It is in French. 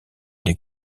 des